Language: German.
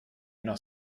noch